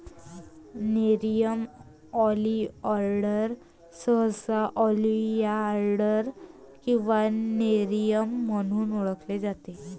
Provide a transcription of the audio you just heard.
nerium oleander सहसा oleander किंवा Nerium म्हणून ओळखले जाते